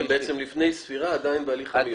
--- אתם בעצם לפני ספירה עדיין בהליך המיון.